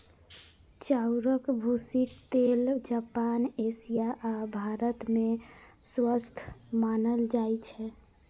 चाउरक भूसीक तेल जापान, एशिया आ भारत मे स्वस्थ मानल जाइ छै